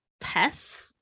pests